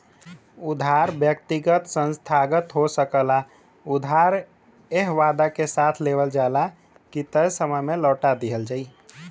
उधार व्यक्तिगत संस्थागत हो सकला उधार एह वादा के साथ लेवल जाला की तय समय में लौटा दिहल जाइ